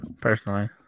personally